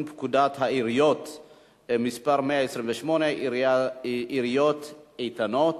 פקודת העיריות (מס' 128) (עיריות איתנות),